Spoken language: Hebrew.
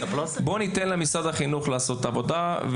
בואו ניתן למשרד החינוך לעשות את העבודה.